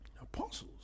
Apostles